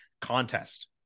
contest